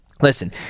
Listen